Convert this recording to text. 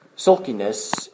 Sulkiness